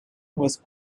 was